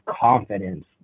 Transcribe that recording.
confidence